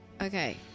Okay